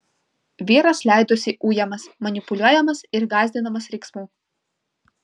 vyras leidosi ujamas manipuliuojamas ir gąsdinamas riksmu